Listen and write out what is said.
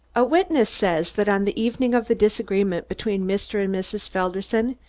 a witness says that on the evening of the disagreement between mr. and mrs. felderson,